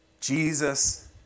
Jesus